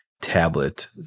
tablet